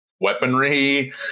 weaponry